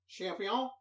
Champion